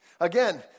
again